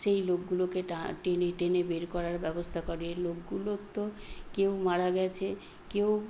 সেই লোকগুলোকে টা টেনে টেনে বের করার ব্যবস্থা করে লোকগুলোর তো কেউ মারা গেছে কেউ